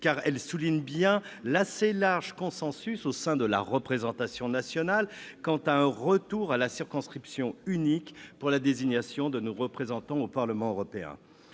car cela souligne bien l'assez large consensus au sein de la représentation nationale quant à un retour à la circonscription unique pour la désignation de nos représentants au Parlement européen.